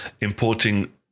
importing